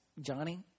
Johnny